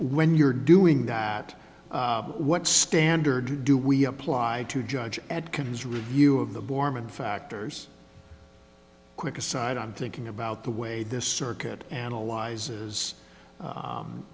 when you're doing that what standard do we apply to judge at consumer review of the borman factors quick aside i'm thinking about the way this circuit analyzes